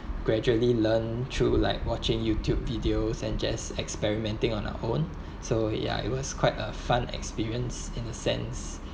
gradually learn through like watching YouTube videos and just experimenting on our own so ya it was quite a fun experience in a sense